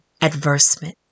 adversement